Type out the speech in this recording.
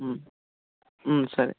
సరే